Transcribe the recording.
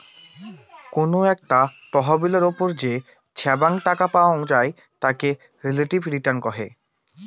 কোনো একটা তহবিলের ওপর যে ছাব্যাং টাকা পাওয়াং যাই তাকে রিলেটিভ রিটার্ন কহে